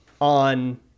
on